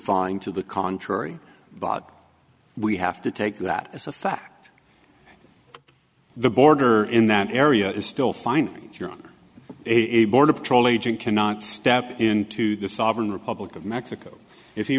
find to the contrary bob we have to take that as a fact the border in that area is still fine if you're a border patrol agent cannot step into the sovereign republic of mexico if